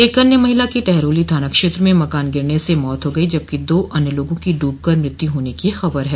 एक अन्य महिला की टहरौली थाना क्षेत्र में मकान गिरने से मौत हो गई जबकि दो अन्य लोगों की ड्रब कर मृत्यु होने की ख़बर है